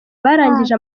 barangije